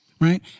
right